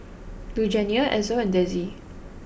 Lugenia Ezell and Dezzie